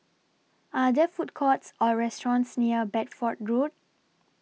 Are There Food Courts Or restaurants near Bedford Road